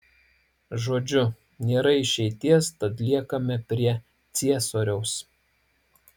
žodžiu nėra išeities tad liekame prie ciesoriaus